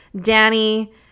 Danny